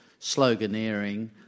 sloganeering